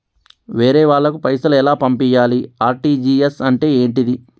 వేరే వాళ్ళకు పైసలు ఎలా పంపియ్యాలి? ఆర్.టి.జి.ఎస్ అంటే ఏంటిది?